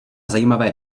zajímavé